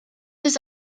des